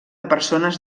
persones